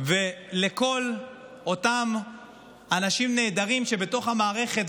ולכל אותם אנשים נהדרים שבתוך המערכת,